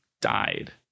died